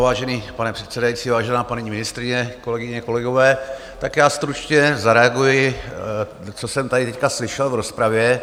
Vážený pane předsedající, vážená paní ministryně, kolegyně, kolegové, stručně zareaguji, co jsem tady teď slyšel v rozpravě.